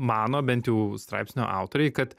mano bent jau straipsnio autoriai kad